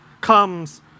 comes